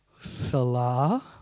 Salah